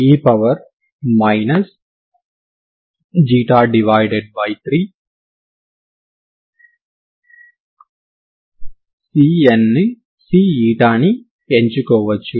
కాబట్టి వాస్తవానికి ఈ విధానం మరింత సాధారణమైనది మరియు దీనిని మనం తర్వాత చూస్తాము